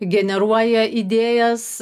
generuoja idėjas